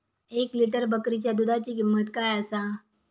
एक लिटर बकरीच्या दुधाची किंमत काय आसा?